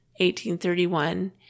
1831